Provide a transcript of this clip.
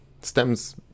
stems